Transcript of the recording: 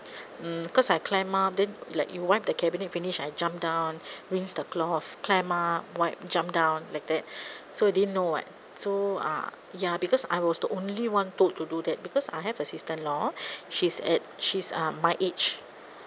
mm because I climb up then like you wipe the cabinet finish I jump down rinse the cloth climb up wipe jump down like that so didn't know [what] so uh ya because I was the only one to to do that because I have a sister in law she's at she's uh my age